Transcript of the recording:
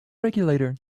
regulator